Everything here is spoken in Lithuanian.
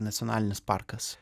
nacionalinis parkas